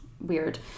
weird